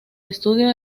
estudio